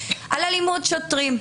על אלימות שוטרים.